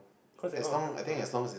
cause they count of